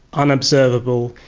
unobservable,